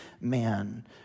man